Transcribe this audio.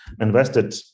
invested